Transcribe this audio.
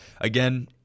again